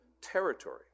territory